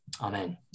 Amen